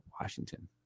Washington